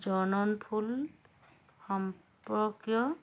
জননফুল সম্পৰ্কীয়